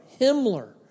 Himmler